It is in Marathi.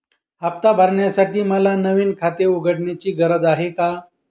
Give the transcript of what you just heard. हफ्ता भरण्यासाठी मला नवीन खाते उघडण्याची गरज आहे का?